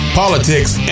politics